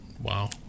Wow